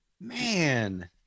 man